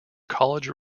college